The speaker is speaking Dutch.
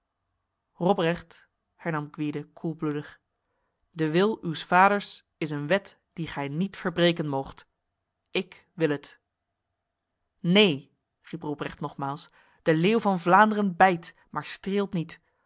robrecht hernam gwyde koelbloedig de wil uws vaders is een wet die gij niet verbreken moogt ik wil het neen riep robrecht nogmaals de leeuw van vlaanderen bijt maar streelt niet